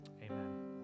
amen